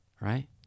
right